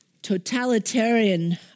totalitarian